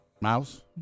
Mouse